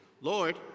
Lord